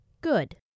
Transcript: Good